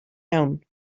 iawn